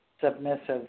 submissive